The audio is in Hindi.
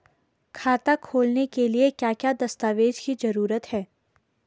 खाता खोलने के लिए क्या क्या दस्तावेज़ की जरूरत है?